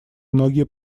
многие